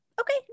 Okay